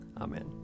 Amen